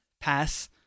pass